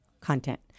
content